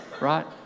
right